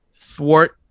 thwart